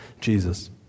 Jesus